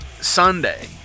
Sunday